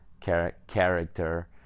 character